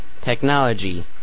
technology